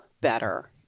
better